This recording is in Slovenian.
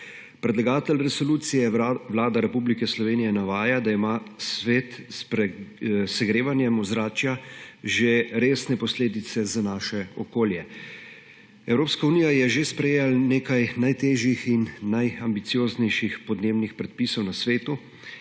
Predlagatelj resolucije, Vlada Republike Slovenije, navaja, da ima svet zaradi segrevanja ozračja že resne posledice za naše okolje. Evropska unija je že sprejela nekaj najtežjih in najambicioznejših podnebnih predpisov na svetu